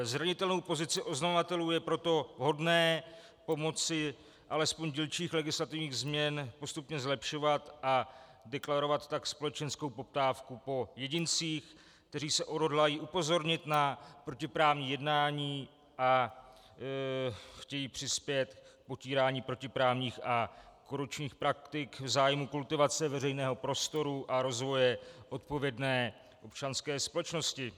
Zranitelnou pozici oznamovatelů je proto vhodné pomocí alespoň dílčích legislativních změn postupně zlepšovat, a deklarovat tak společenskou poptávku po jedincích, kteří se odhodlají upozornit na protiprávní jednání se snahou přispět k potírání protiprávních a korupčních praktik v zájmu kultivace veřejného prostoru a rozvoje odpovědné občanské společnosti.